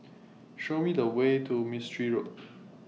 Show Me The Way to Mistri Road